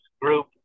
group